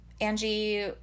Angie